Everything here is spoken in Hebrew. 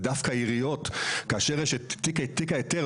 ודווקא כאשר יש את תיק ההיתר,